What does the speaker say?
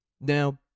Now